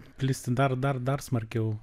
plisti dar dar dar smarkiau